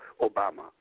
Obama